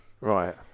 Right